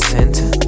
Center